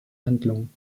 handlung